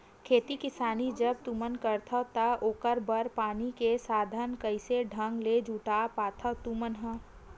खेती किसानी जब तुमन करथव त ओखर बर पानी के साधन कइसे ढंग ले जुटा पाथो तुमन ह?